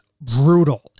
brutal